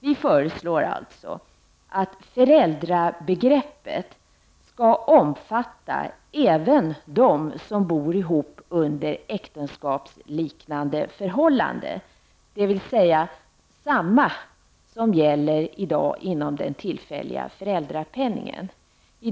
Vi föreslår alltså att föräldrabegreppet skall omfatta även dem som bor ihop under äktenskapsliknande förhållanden, dvs. detsamma som i dag gäller inom den tillfälliga föräldrapenningen.